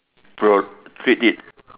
pro~ treat it